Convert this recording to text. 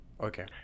Okay